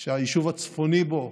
שהיישוב הצפוני בו,